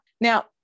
Now